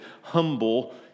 humble